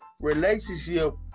relationship